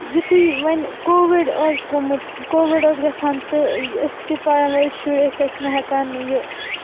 یُتھی ونۍ کووِڈ اوس گومُت کووِڈ اوس گژھان تہٕ أسۍ تہِ پرن وٲلۍ شُرۍ أسۍ ٲسۍ نہ ہیکان یہِ سکوٗل